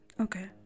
Okay